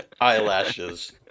Eyelashes